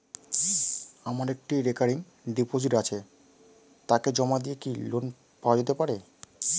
আমার একটি recurring deposit আছে তাকে জমা দিয়ে কি লোন পাওয়া যেতে পারে?